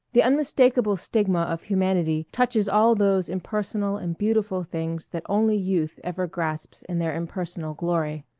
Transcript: the unmistakable stigma of humanity touches all those impersonal and beautiful things that only youth ever grasps in their impersonal glory.